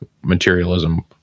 materialism